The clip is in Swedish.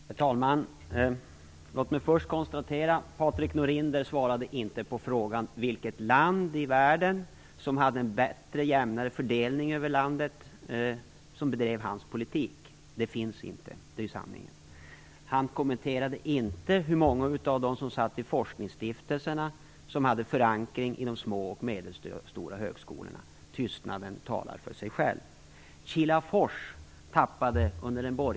Herr talman! Låt mig först konstatera att Patrik Norinder inte svarade på frågan om vilket land i världen som hade en jämnare fördelning över landet och som bedrev hans politik. Det finns inte något sådant land, det är sanningen. Han kommenterade inte hur många av dem som satt i forskningsstiftelserna som hade förankring i de små och medelstora högskolorna. Tystnaden talar för sig själv.